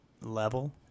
level